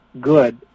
good